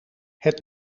het